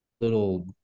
little